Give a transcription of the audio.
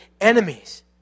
enemies